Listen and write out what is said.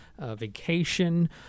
vacation